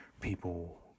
People